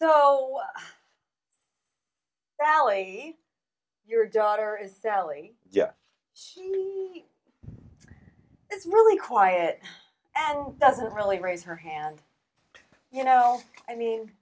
so rally your daughter is silly yes it's really quiet and doesn't really raise her hand you know i mean